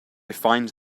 find